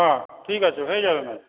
হ্যাঁ ঠিক আছে হয়ে যাবে